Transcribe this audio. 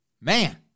Man